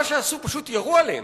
מה שעשו, פשוט ירו עליהם,